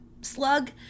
slug